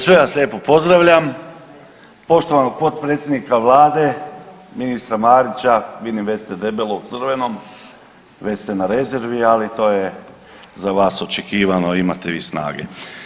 Sve vas lijepo pozdravljam, poštovanog potpredsjednika vlade, ministra Marića, vidim već ste debelo u crvenom, već ste na rezervi, ali to je za vas očekivano i imate vi snage.